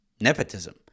nepotism